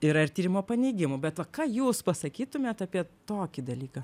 yra ir tyrimo paneigimų bet va ką jūs pasakytumėt apie tokį dalyką